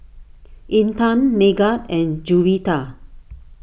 Intan Megat and Juwita